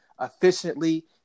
efficiently